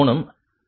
1 degree வரும்